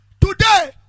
Today